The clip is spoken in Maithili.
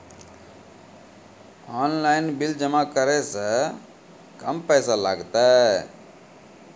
ऑनलाइन बिल जमा करै से कम पैसा लागतै?